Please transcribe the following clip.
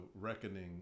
reckoning